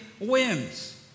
wins